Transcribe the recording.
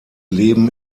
leben